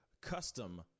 custom